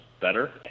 better